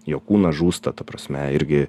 jo kūnas žūsta ta prasme irgi